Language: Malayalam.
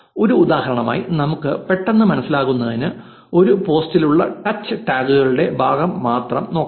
ഒരു ഉദാഹരണമായി നമുക്ക് പെട്ടെന്ന് മനസ്സിലാക്കുന്നതിന് ഒരു പോസ്റ്റിലുള്ള സ്പീച്ച് ടാഗുകളുടെ ഭാഗം മാത്രം നോക്കാം